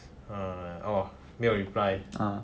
err orh 没有 reply